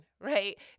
right